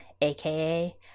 AKA